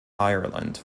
ireland